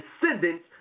descendants